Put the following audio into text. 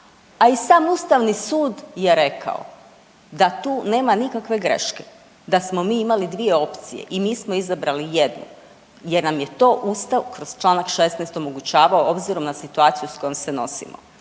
A i sam ustavni sud je rekao da tu nema nikakve greške, da smo mi imali dvije opcije i mi smo izabrali jednu jer nam je to Ustav kroz čl. 16. omogućavao obzirom na situaciju s kojom se nosimo.